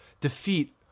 defeat